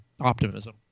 optimism